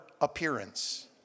appearance